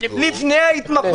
לפני ההתמחות.